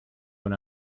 when